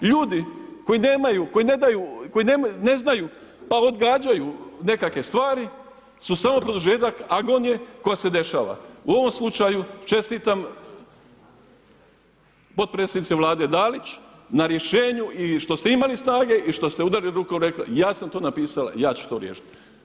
Ljudi koji nemaju, koji ne znaju pa odgađaju nekake stvari su samo produžetak agonije koja se dešava, u ovom slučaju čestitam potpredsjednici Vlade Dalić na rješenju i što ste imali snage i što ste udarili rukom i rekli ja sam to napisala, ja ću to riješit.